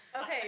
Okay